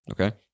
okay